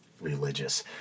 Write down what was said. religious